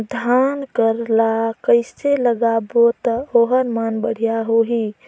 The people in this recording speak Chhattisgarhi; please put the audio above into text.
धान कर ला कइसे लगाबो ता ओहार मान बेडिया होही?